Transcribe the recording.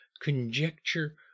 conjecture